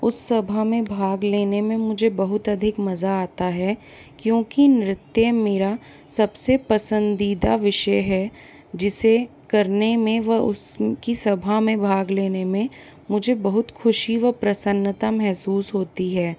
उस सभा में भाग लेने में मुझे बहुत अधिक मज़ा आता है क्योंकि नृत्य मेरा सबसे पसंदीदा विषय है जिसे करने में व उसकी सभा में भाग लेने में मुझे खुशी व प्रसन्नता महसूस होती है